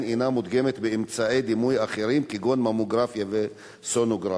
אינה מודגמת באמצעי דימות אחרים כגון ממוגרפיה וסונוגרפיה.